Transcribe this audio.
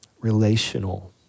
relational